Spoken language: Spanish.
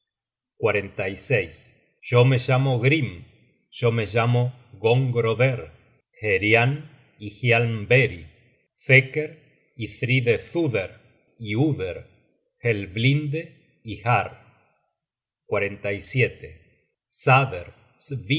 yo me llamo grim yo me llamo gongroder herian y hialmberi thecker y thridethuder y uder helblinde y har